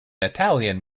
italian